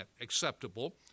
acceptable